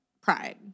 Pride